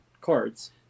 cards